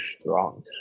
strong